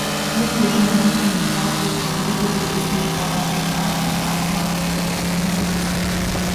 vietoj žmonių sveikatai ir gyvybei grėsmę keliančių medžių žadama pasodinti naujus